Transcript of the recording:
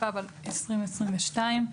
התשפ"ב 2022,